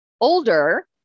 older